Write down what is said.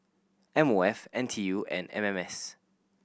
M O F N T U and M M S